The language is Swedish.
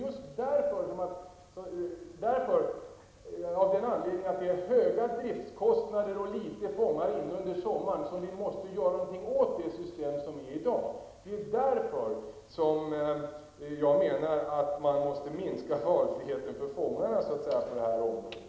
Det är just av den anledningen att vi har höga driftskostnader och få fångar inne under sommaren som vi måste göra någonting åt det system som råder i dag. Det är därför som jag menar att man måste minska valfriheten för fångarna på det här området.